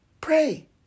Pray